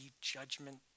judgment